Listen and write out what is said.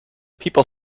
people